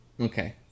Okay